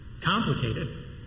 complicated